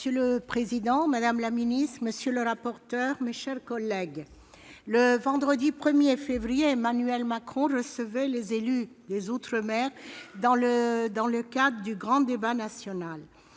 Monsieur le président, madame la ministre, monsieur le rapporteur, mes chers collègues, le vendredi 1 février, Emmanuel Macron recevait les élus des outre-mer dans le cadre du grand débat national.